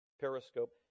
periscope